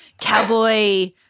cowboy